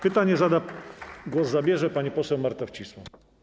Pytanie zada, głos zabierze pani poseł Marta Wcisło.